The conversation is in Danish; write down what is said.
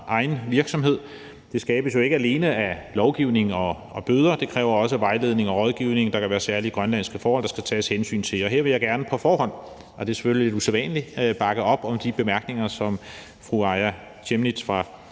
egen virksomhed – alene af lovgivning og bøder. Det kræver også vejledning og rådgivning. Der kan være særlige grønlandske forhold, der skal tages hensyn til. Og her vil jeg gerne på forhånd – og det er selvfølgelig lidt usædvanligt – bakke op om de bemærkninger, som fru Aaja Chemnitz fra